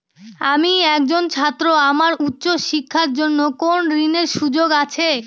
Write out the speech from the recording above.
আমি একজন ছাত্র আমার উচ্চ শিক্ষার জন্য কোন ঋণের সুযোগ আছে?